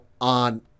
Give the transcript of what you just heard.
on